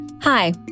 Hi